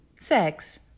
sex